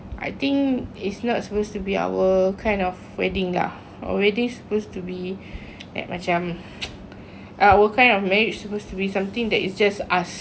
I think it's not supposed to be our kind of wedding lah our wedding supposed to be like macam our kind of marriage is supposed to be something that is just us